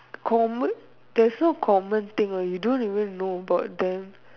common they're so common thing you don't even know about them